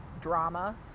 drama